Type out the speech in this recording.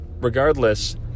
Regardless